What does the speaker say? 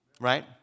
right